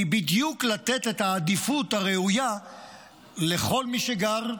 היא בדיוק לתת העדיפות הראויה לכל מי שגר,